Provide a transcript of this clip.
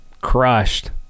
crushed